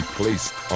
placed